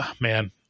man